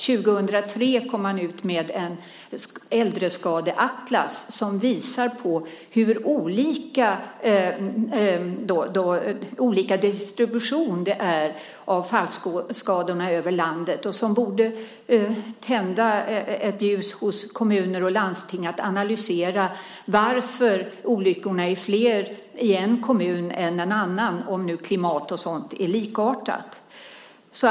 År 2003 kom man ut med en äldreskadeatlas som visar på hur olika distribution det är av fallskadorna över landet och som borde tända ett ljus hos kommuner och landsting att analysera varför olyckorna är flera i en kommun än i en annan om nu klimat och sådant är likartat.